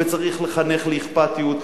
וצריך לחנך לאכפתיות,